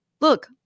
Look